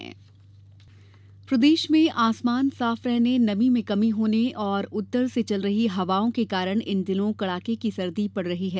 मौसम प्रदेश में आसमान साफ रहने नमी में कमी होने और उत्तर से चल रही हवाओं के कारण इन दिनों कड़ाके की सर्दी पड़ रही है